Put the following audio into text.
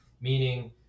meaning